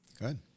Good